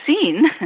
seen